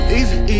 easy